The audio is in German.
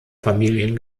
familien